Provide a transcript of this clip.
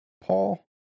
Paul